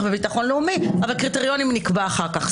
בביטחון לאומי אבל קריטריונים נקבע אחר כך.